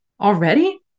already